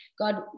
God